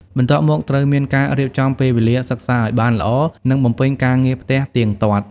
បន្ទាប់់មកត្រូវមានការរៀបចំពេលវេលាសិក្សាឲ្យបានល្អ និងបំពេញការងារផ្ទះទៀងទាត់។